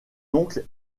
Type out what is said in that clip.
oncle